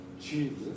Jesus